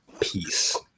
Peace